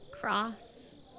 Cross